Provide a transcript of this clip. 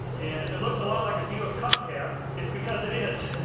and if it looks a lot like a buick hubcap, it's because it is.